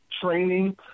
training